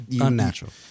Unnatural